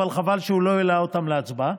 אבל חבל שהוא לא העלה אותן להצבעה.